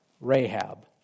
Rahab